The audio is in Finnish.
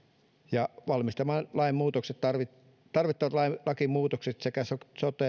ja valmistelemaan tarvittavat lakimuutokset sekä sote että